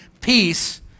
Peace